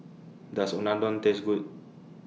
Does Unadon Taste Good